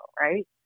Right